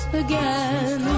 again